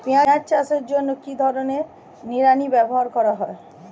পিঁয়াজ চাষের জন্য কি ধরনের নিড়ানি ব্যবহার করা হয়?